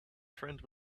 friend